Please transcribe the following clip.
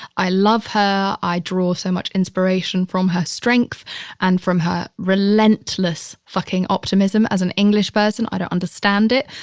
i love her. i draw so much inspiration from her strength and from her relentless fucking optimism. as an english person, i don't understand it,